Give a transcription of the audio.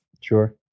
Sure